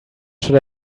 should